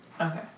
Okay